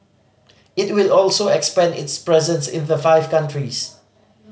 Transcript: it will also expand its presence in the five countries